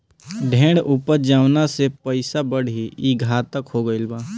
ढेर उपज जवना से पइसा बढ़ी, ई घातक हो गईल बा